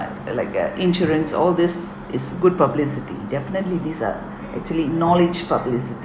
like a insurance all this is good publicity definitely these are actually knowledge publicity